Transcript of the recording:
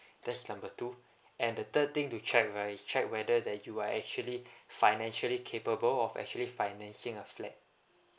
that's number two and the third thing to check right is check whether that you are actually financially capable of actually financing a flat